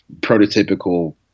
prototypical